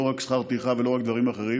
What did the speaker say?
לא רק שכר טרחה ולא רק דברים אחרים.